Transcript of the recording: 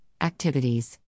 activities